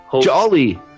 jolly